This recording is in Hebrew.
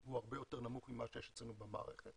והוא הרבה יותר נמוך ממה שיש אצלנו במערכת.